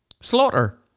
slaughter